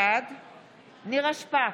בעד נירה שפק,